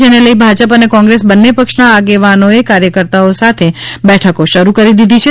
જેને લઈ ભાજપ અને કોંગ્રેસ બને પક્ષના આગેવાનોએ કાર્યકર્તાઓ સાથે બેઠકો શરૂ કરી દીધી છે